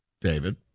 david